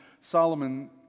Solomon